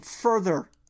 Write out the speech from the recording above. further